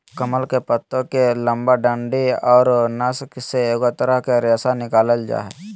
कमल के पत्तो के लंबा डंडि औरो नस से एगो तरह के रेशा निकालल जा हइ